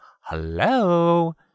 Hello